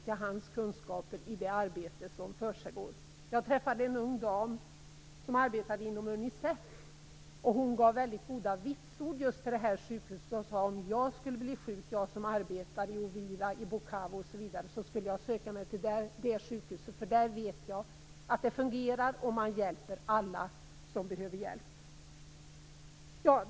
Jag träffade en ung dam som arbetade inom Unicef, och hon gav väldigt goda vitsord till just det här sjukhuset. Hon sade: Om jag, som arbetar i Uvira, i Bukavu osv., skulle bli sjuk skulle jag söka mig till det sjukhuset, därför att jag vet att det fungerar och att man hjälper alla som behöver hjälp.